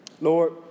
Lord